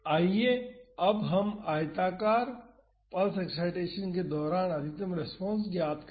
आइए अब हम आयताकार पल्स एक्साइटेसन के दौरान अधिकतम रेस्पॉन्स ज्ञात करें